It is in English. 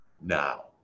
now